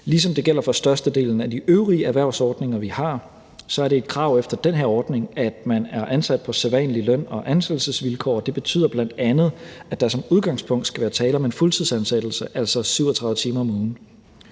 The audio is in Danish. Ligesom det gælder for størstedelen af de øvrige erhvervsordninger, vi har, så er det et krav efter den her ordning, at man er ansat på sædvanlige løn- og ansættelsesvilkår. Det betyder bl.a., at der som udgangspunkt skal være tale om en fuldtidsansættelse, altså 37 timer om ugen.